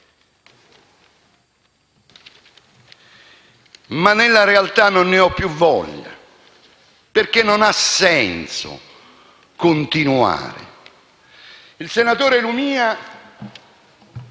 ma nella realtà non ne ho più voglia perché non ha senso continuare. Il senatore Lumia,